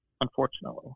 unfortunately